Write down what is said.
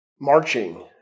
marching